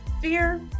Fear